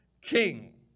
king